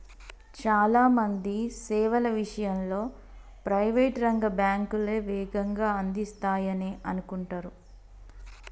చాలా మంది సేవల విషయంలో ప్రైవేట్ రంగ బ్యాంకులే వేగంగా అందిస్తాయనే అనుకుంటరు